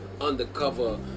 undercover